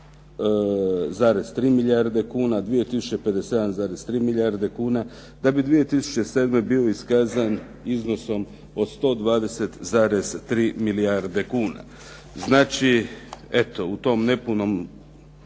Znači eto u tom nepunom